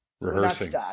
Rehearsing